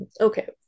Okay